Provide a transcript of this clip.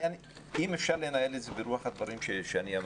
אשמח אם אפשר לנהל את זה ברוח הדברים שאמרתי.